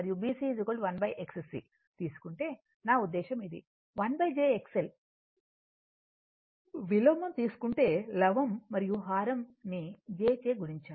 తీసుకుంటే నా ఉద్దేశ్యం ఇది 1jXL విలోమం తీసుకుంటే లవం మరియు హారం ని j చే గుణించాలి